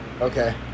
Okay